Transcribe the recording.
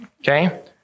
Okay